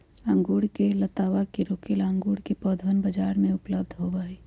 अंगूर के लतावा के रोके ला अंगूर के पौधवन बाजार में उपलब्ध होबा हई